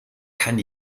kann